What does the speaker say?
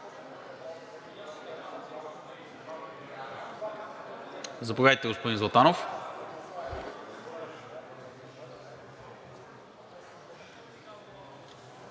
Заповядайте, господин Златанов.